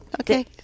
Okay